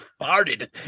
farted